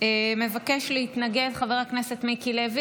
צריכים לקחת את זה על עצמנו.